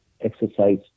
exercise